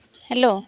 hello